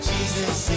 Jesus